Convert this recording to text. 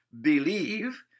believe